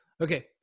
Okay